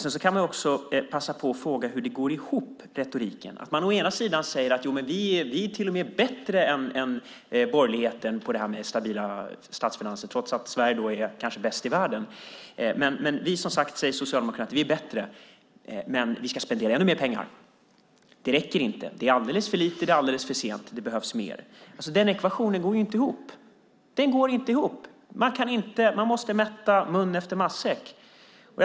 Man kan också passa på att fråga hur retoriken går ihop. Å ena sidan sägs det att socialdemokratin till och med är bättre än borgerligheten på detta med stabila statsfinanser, trots att Sverige kanske är bäst i världen. Men Socialdemokraterna säger: Vi är bättre, men vi ska spendera ännu mer pengar. Det räcker inte. Det är alldeles för lite, och det är alldeles för sent. Det behövs mer. Den ekvationen går inte ihop. Man måste mätta munnen efter matsäcken.